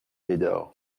médor